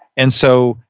and so,